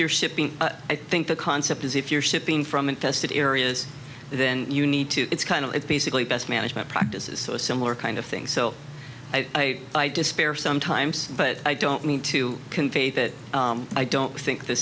you're shipping i think the concept is if you're shipping from infested areas then you need to it's kind of it's basically best management practices so a similar kind of thing so i despair sometimes but i don't mean to convey that i don't think the